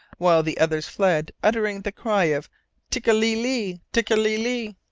while the others fled, uttering the cry of tekeli-li! tekeli-li!